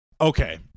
Okay